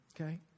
okay